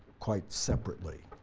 quite separately.